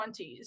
20s